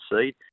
seed